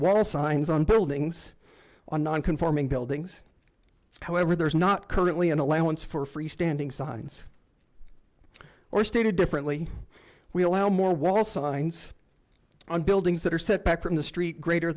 are signs on buildings on non conforming buildings however there is not currently an allowance for free standing signs or stated differently we allow more wall signs on buildings that are set back from the street greater